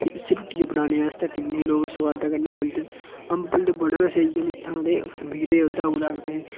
ते इसी रुट्टियै गी बनाने आस्तै कि'न्ने लोक सोआदै कन्नै खंदे अम्बल ते बड़ा स्हेई ऐ नी इत्थां ते खमीरे ओह्दा कोला बी